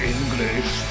English